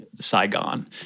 Saigon